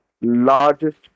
largest